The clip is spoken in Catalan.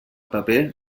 paper